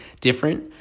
different